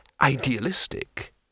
idealistic